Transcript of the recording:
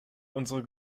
unsere